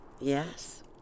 yes